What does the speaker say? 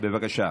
בבקשה.